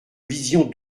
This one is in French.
vision